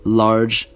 large